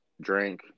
drink